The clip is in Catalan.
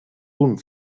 punt